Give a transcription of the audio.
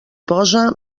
posa